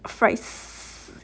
fries